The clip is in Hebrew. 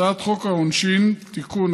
הצעת חוק העונשין (תיקון,